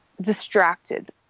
distracted